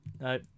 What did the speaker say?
no